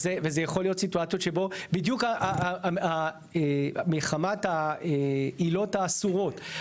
וזה יכול להיות סיטואציות שבדיוק מחמת העילות האסורות.